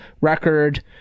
record